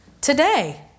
today